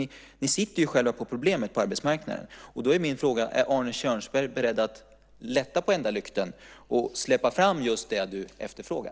Ni sitter alltså själva på problemet på arbetsmarknaden. Därför är min fråga: Är du, Arne Kjörnsberg, beredd att lätta på ändalykten och släppa fram just det du efterfrågar?